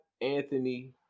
Anthony